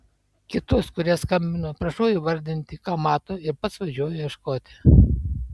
kitus kurie skambina prašau įvardinti ką mato ir pats važiuoju ieškoti